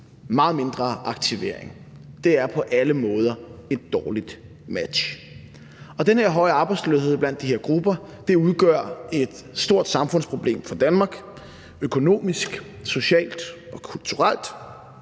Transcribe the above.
meget mindre aktivering. Det er på alle måder et dårligt match, og den her høje arbejdsløshed blandt de her grupper udgør et stort samfundsproblem for Danmark økonomisk, socialt og kulturelt.